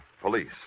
police